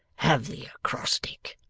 have the acrostic